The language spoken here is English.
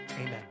Amen